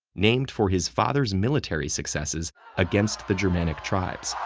named for his father's military successes against the germanic tribes.